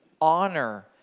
Honor